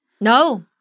No